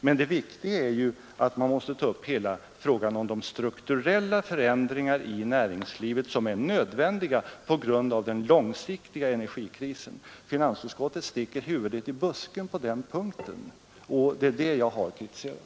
Men det viktiga är att ta upp hela frågan om de strukturella förändringar i näringslivet som är nödvändiga på grund av den långsiktiga energikrisen. Finansutskottet sticker huvudet i busken på den punkten, och det är detta som jag har kritiserat.